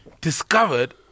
discovered